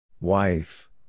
Wife